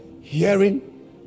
hearing